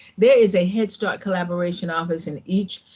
there is a head start collaboration office in each